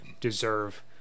deserve